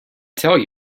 tell